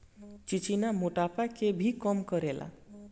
चिचिना मोटापा के भी कम करेला